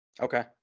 okay